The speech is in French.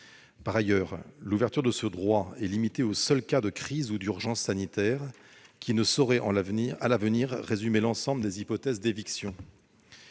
Par ailleurs, l'ouverture de ce droit est limitée aux seuls cas de crise ou d'urgence sanitaires, qui ne sauraient, à l'avenir, résumer l'ensemble des hypothèses d'éviction.